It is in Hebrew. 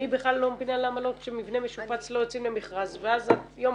אני בכלל לא מבינה למה לא כשמבנה משופץ לא יוצאים למכרז ואז יום